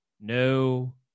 no